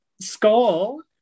Skull